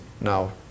now